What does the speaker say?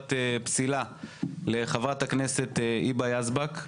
בקשת פסילה לחברת הכנסת היבא יזבק,